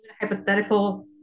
hypothetical